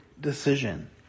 decision